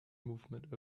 movement